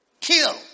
Kill